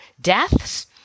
deaths